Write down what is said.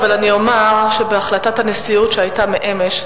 אבל אני אומר שבהחלטת הנשיאות שהיתה אמש,